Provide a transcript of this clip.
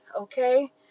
Okay